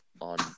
on